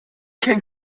kein